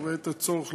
ובעת הצורך,